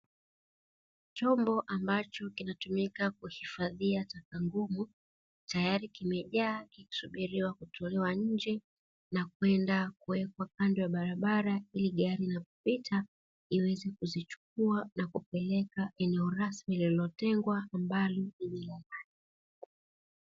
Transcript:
Chombo ambacho kinatumika kuhifadhia taka ngumu, tayari kimejaa, kimesubiriwa kutolewa nje na kwenda kuwekwa kando ya barabara ili gari litapopita iweze kuzichukua na kupeleka eneo rasmi lililotengwa ambalo ni la taka.